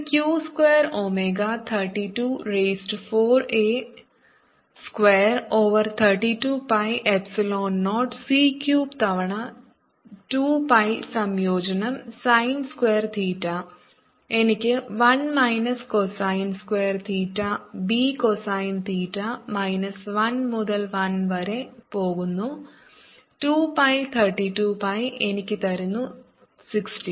ഇത് q square omega 32 raise to 4 a square over 32 pi epsilon 0 c cube തവണ 2 pi സംയോജനം sin square theta എനിക്ക് 1 minus cosine square theta b cosine theta minus 1 മുതൽ 1 വരെ പോകുന്നു 2 pi 32 pi എനിക്ക് തരുന്നു 16